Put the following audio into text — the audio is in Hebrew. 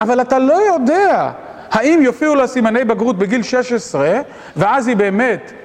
אבל אתה לא יודע האם יופיעו לה סימני בגרות בגיל 16, ואז היא באמת